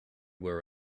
were